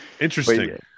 Interesting